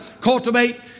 cultivate